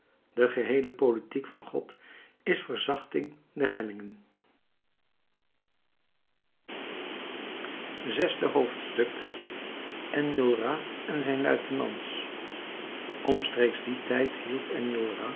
de geheele politiek van god is de verzachting der hellingen zesde hoofdstuk enjolras en zijn luitenants omstreeks dien tijd hield